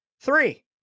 Three